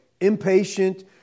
impatient